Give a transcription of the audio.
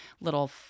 little